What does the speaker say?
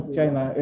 China